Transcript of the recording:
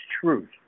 truth